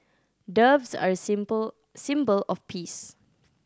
doves are a symbol symbol of peace